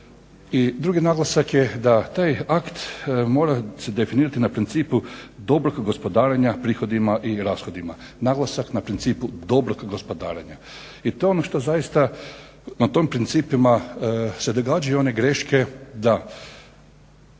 drugi naglasak je da taj akt mora se definirati na principu dobrog gospodarenja prihodima i rashodima. Naglasak na principu dobro gospodarenja. I to je ono što zaista na tim principima se događaju i one greške da